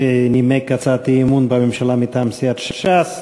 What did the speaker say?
שנימק הצעת אי-אמון בממשלה מטעם סיעת ש"ס.